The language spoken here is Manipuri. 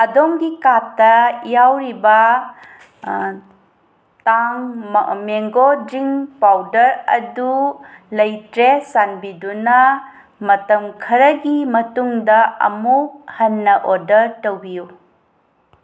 ꯑꯗꯣꯝꯒꯤ ꯀꯥꯔꯠꯇ ꯌꯥꯎꯔꯤꯕ ꯇꯥꯡ ꯃꯦꯡꯒꯣ ꯗ꯭ꯔꯤꯡ ꯄꯥꯎꯗꯔ ꯑꯗꯨ ꯂꯩꯇ꯭ꯔꯦ ꯆꯥꯟꯕꯤꯗꯨꯅ ꯃꯇꯝ ꯈꯔꯒꯤ ꯃꯇꯨꯡꯗ ꯑꯃꯨꯛ ꯍꯟꯅ ꯑꯣꯔꯗꯔ ꯇꯧꯕꯤꯌꯨ